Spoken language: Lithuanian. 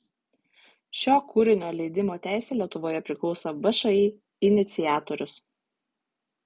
šio kūrinio leidimo teisė lietuvoje priklauso všį iniciatorius